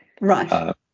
Right